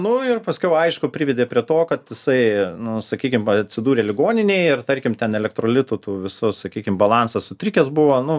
nu ir paskiau aišku privedė prie to kad jisai nu sakykim atsidūrė ligoninėj ir tarkim ten elektrolitų tų visų sakykim balansas sutrikęs buvo nu